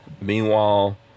Meanwhile